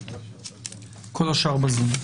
כל השאר בזום.